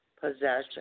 Possession